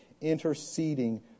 interceding